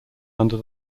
under